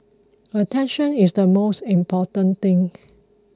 attention is the most important thing